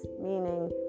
Meaning